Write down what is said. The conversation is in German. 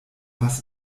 was